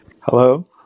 Hello